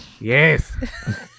Yes